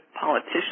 politicians